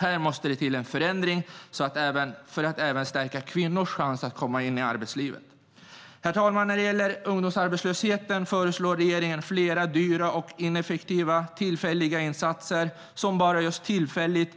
Här måste det till en förändring för att även stärka kvinnors chans att komma ut i arbetslivet. Herr talman! När det gäller ungdomsarbetslösheten föreslår regeringen flera dyra och ineffektiva insatser som bara tillfälligt